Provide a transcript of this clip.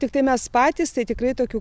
tiktai mes patys tai tikrai tokių